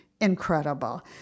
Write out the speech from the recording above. incredible